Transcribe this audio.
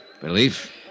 Belief